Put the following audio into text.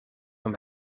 voor